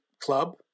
Club